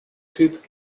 typ